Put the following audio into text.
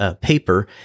paper